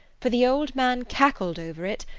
for the old man cackled over it,